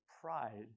pride